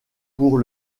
pour